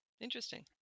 Interesting